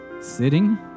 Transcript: sitting